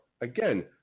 Again